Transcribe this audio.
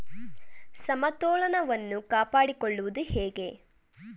ಸಮತೋಲನವನ್ನು ಕಾಪಾಡಿಕೊಳ್ಳುವುದು ಹೇಗೆ?